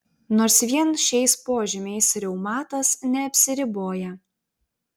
nors vien šiais požymiais reumatas neapsiriboja